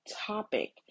topic